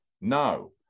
No